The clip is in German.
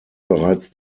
bereits